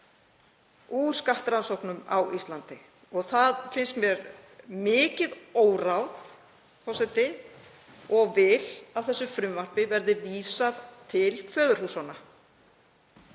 úr skattrannsóknum á Íslandi. Það finnst mér mikið óráð, forseti, og vil að þessu frumvarpi verði vísað til föðurhúsanna.